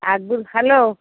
ଆଗରୁ ହେଲୋ